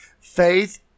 Faith